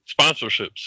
sponsorships